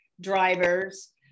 drivers